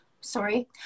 sorry